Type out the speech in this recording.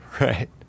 right